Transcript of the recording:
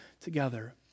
together